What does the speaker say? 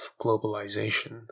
globalization